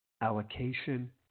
allocation